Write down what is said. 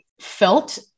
felt